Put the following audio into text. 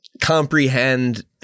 comprehend